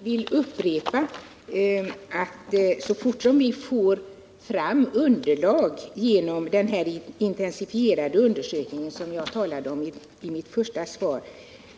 Herr talman! Jag vill upprepa att så fort vi genom den intensifierade undersökning som jag talade om i mitt svar får fram